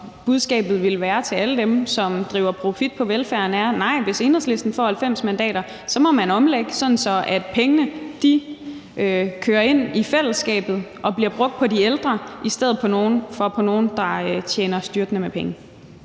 budskabet til alle dem, som driver profit på velfærden, er, at nej, hvis Enhedslisten får 90 mandater, må man omlægge, sådan at pengene kører ind i fællesskabet og bliver brugt på de ældre i stedet for at gå til nogle, der tjener styrtende med penge.